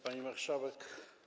Pani Marszałek!